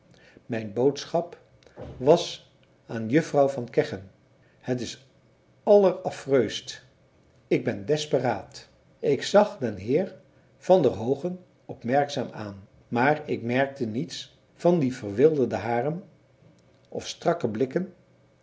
mijn boodschap was aan juffrouw van kegge het is alleraffreust ik ben desperaat ik zag den heer van der hoogen opmerkzaam aan maar ik merkte niets van die verwilderde haren of strakke blikken